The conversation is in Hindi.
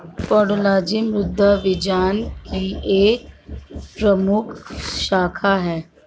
पेडोलॉजी मृदा विज्ञान की एक प्रमुख शाखा है